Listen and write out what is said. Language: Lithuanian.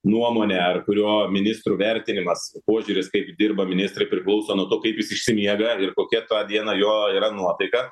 nuomonė ar kurio ministrų vertinimas požiūris kaip dirba ministrai priklauso nuo to kaip jis išsimiega ir kokia tą dieną jo yra nuotaika